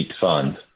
fund